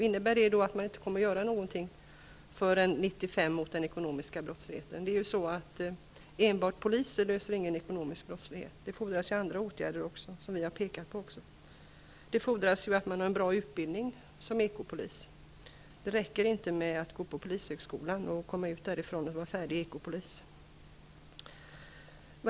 Innebär det då att man inte kommer att göra någonting mot den ekonomiska brottsligheten förrän 1995? Enbart poliser löser inte problemen, utan det fordras andra åtgärder, som vi har pekat på. Det fordras att ekopoliserna har en bra utbildning. Det räcker inte att gå på polishögskolan för att bli färdig ekopolis.